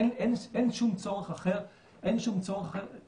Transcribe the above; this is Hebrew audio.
אין שום צורך אחר סליחה,